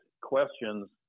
questions